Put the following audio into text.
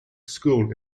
school